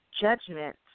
judgment